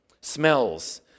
smells